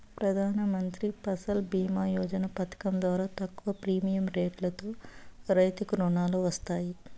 ప్రధానమంత్రి ఫసల్ భీమ యోజన పథకం ద్వారా తక్కువ ప్రీమియం రెట్లతో రైతులకు రుణాలు వస్తాయి